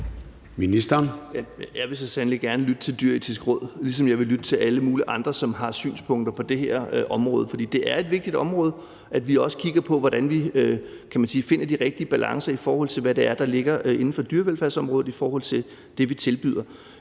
Jeg vil så sandelig gerne lytte til Det Dyreetiske Råd, ligesom jeg vil lytte til alle mulige andre, som har synspunkter på det her område. For det er vigtigt, at vi også kigger på, hvordan vi finder de rigtige balancer, i forhold til hvad der ligger inden for dyrevelfærdsområdet i forhold det, vi tilbyder.